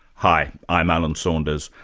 hi, i'm alan saunders.